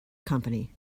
company